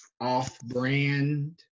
off-brand